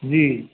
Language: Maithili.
जी